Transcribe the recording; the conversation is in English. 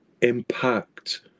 impact